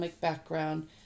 background